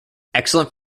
excellent